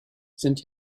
sind